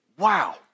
Wow